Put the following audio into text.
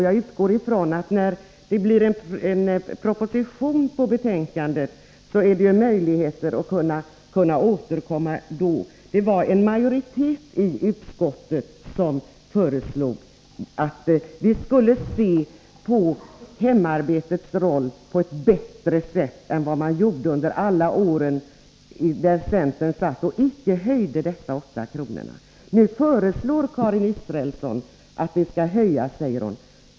Jag utgår från att när det kommer en proposition med anledning av utredningsbetänkandet finns det möjlighet att återkomma. Det var en majoritet i utskottet som föreslog att vi skulle se mer positivt på hemarbetets roll än vad man gjorde under alla år då centern satt utan att höja dessa 8 kr. Nu föreslår Karin Israelsson att ersättningen skall höjas.